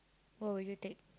what will you take